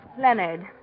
Leonard